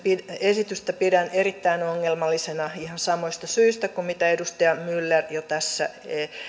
esitystä pidän erittäin ongelmallisena ihan samoista syistä kuin mitä edustaja myller jo tässä